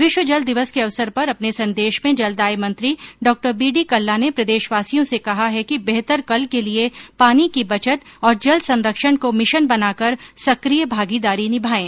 विश्व जल दिवस के अवसर पर अपने संदेश में जलदाय मंत्री डॉ बी डी कल्ला ने प्रदेशवासियों से कहा है कि बेहतर कल के लिये पानी की बचत और जल संरक्षण को मिशन बनाकर सकिय भागीदारी निभायें